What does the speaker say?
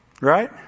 Right